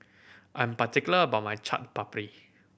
I'm particular about my Chaat Papri